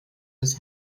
des